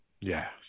yes